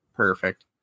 Perfect